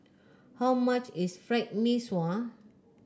how much is Fried Mee Sua